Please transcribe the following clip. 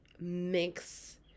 mix